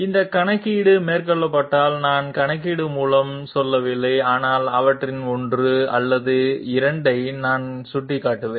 இந்த கணக்கீடு மேற்கொள்ளப்பட்டால் நான் கணக்கீடு மூலம் செல்லவில்லை ஆனால் அவற்றில் ஒன்று அல்லது இரண்டை நான் சுட்டிக்காட்டுவேன்